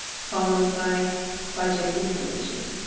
followed by budget information.